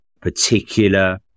particular